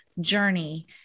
journey